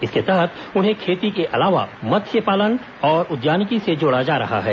इसके तहत उन्हें खेती के अलावा मत्स्य पालन और उद्यानिकी से जोड़ा जा रहा है